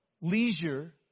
leisure